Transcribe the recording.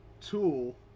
tool